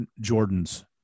Jordan's